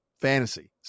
fantasy